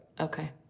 Okay